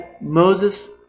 Moses